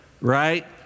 right